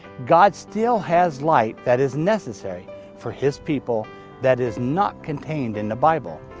god still has light that is necessary for his people that is not contained in the bible.